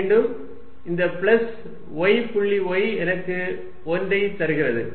மீண்டும் இந்த plus y புள்ளி y எனக்கு 1 ஐ தருகிறது